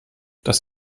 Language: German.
das